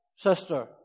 Sister